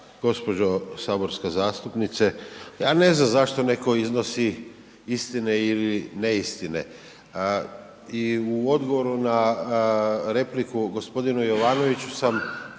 gđo. saborska zastupnice, ja ne znam zašto neko iznosi istine ili neistine i u odgovoru na repliku g. Jovanoviću sam